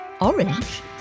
orange